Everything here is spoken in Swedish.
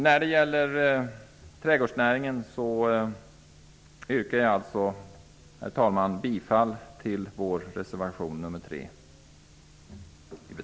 När det gäller trädgårdsnäringen yrkar jag, herr talman, bifall till vår reservation nr 3.